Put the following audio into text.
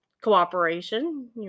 cooperation